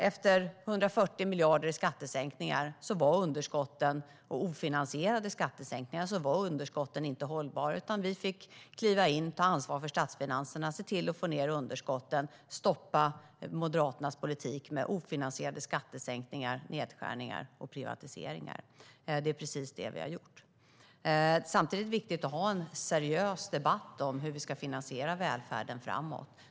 Efter 140 miljarder i ofinansierade skattesänkningar var underskotten inte hållbara, utan vi fick kliva in och ta ansvar för statsfinanserna, se till att få ned underskotten och stoppa Moderaternas politik med ofinansierade skattesänkningar, nedskärningar och privatiseringar. Det är precis detta vi har gjort. Samtidigt är det viktigt att ha en seriös debatt om hur vi ska finansiera välfärden framöver.